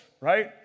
right